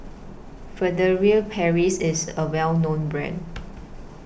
Furtere Paris IS A Well known Brand